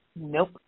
nope